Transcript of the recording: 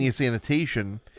annotation